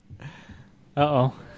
Uh-oh